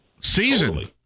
season